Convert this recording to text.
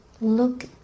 look